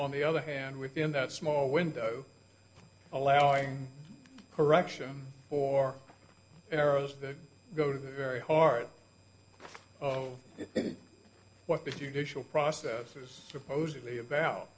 on the other hand within that small window allowing correction or arrows that go to the very heart of what the judicial process is supposedly about